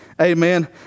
Amen